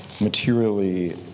materially